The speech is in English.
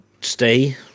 Stay